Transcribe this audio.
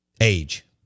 age